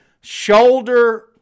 shoulder